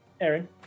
Aaron